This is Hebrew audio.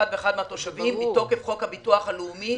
ואחד מהתושבים מתוקף חוק הביטוח הלאומי אם,